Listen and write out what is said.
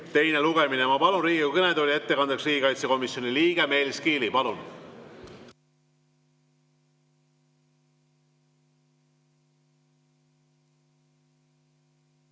teine lugemine. Ma palun Riigikogu kõnetooli ettekandjaks riigikaitsekomisjoni liikme Meelis Kiili. Palun!